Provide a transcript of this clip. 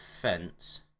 fence